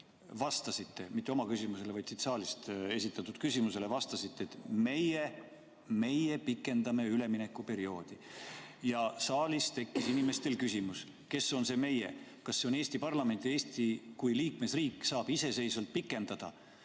vastasite – mitte oma küsimusele, vaid siit saalist esitatud küsimusele –, et meie pikendame üleminekuperioodi. Ja saalis tekkis inimestel küsimus, kes on "meie". Kas see on Eesti parlament? Või Eesti kui liikmesriik saab iseseisvalt pikendada?